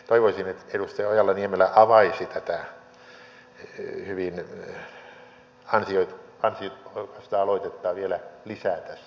toivoisin että edustaja ojala niemelä avaisi tätä hyvin ansiokasta aloitettaan vielä lisää tässä meille kaikille